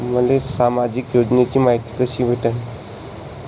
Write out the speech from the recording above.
मले सामाजिक योजनेची मायती कशी भेटन?